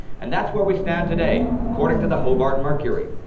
and that's where we stand today according to the hobart mercury.